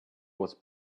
was